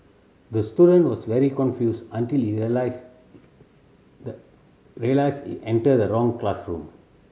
the student was very confused until he realised realised he entered the wrong classroom